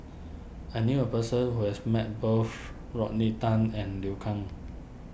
I knew a person who has met both Rodney Tan and Liu Kang